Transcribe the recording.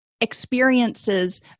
experiences